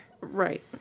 Right